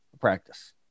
practice